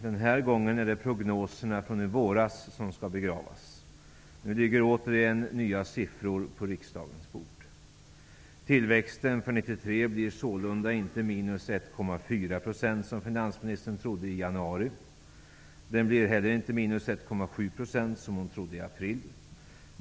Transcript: Den här gången är det prognoserna från i våras som skall begravas. Nu ligger det återigen nya siffror på riksdagens bord. Tillväxten för 1993 blir sålunda inte minus 1,4 %, som finansministern trodde i januari. Den blir heller inte minus 1,7 %, som hon trodde i april.